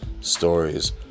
stories